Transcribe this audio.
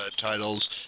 titles